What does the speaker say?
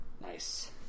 Nice